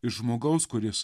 iš žmogaus kuris